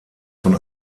von